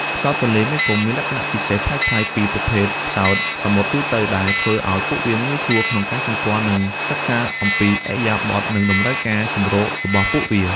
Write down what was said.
ផ្សោតទន្លេមេគង្គមានលក្ខណៈពិសេសប្លែកៗពីប្រភេទផ្សោតសមុទ្រទូទៅ ដែលធ្វើឱ្យពួកវាងាយស្រួលក្នុងការសម្គាល់ និងសិក្សាអំពីឥរិយាបថ និងតម្រូវការជម្រករបស់ពួកវា។